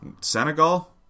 Senegal